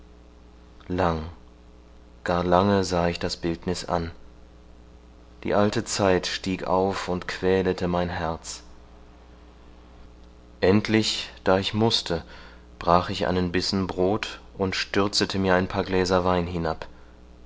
lang gar lange sahe ich das bildniß an die alte zeit stieg auf und quälete mein herz endlich da ich mußte brach ich einen bissen brot und stürzete ein paar gläser wein hinab